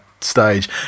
stage